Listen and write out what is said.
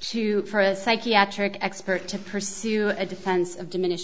to for a psychiatric expert to pursue a defense of diminished